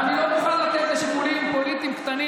ואני לא מוכן לתת לשיקולים פוליטיים קטנים